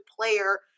player